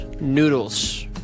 noodles